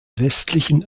westlichen